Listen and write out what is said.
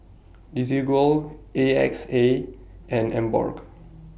Desigual A X A and Emborg